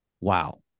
Wow